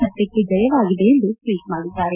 ಸತ್ತಕ್ಷೆ ಜಯವಾಗಿದೆ ಎಂದು ಟ್ವೀಟ್ ಮಡಿದಾರೆ